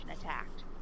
attacked